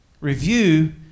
review